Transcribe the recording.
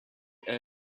grey